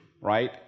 right